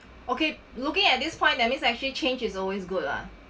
okay looking at this point that means actually change is always good lah